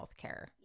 healthcare